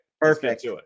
Perfect